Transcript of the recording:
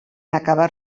acabar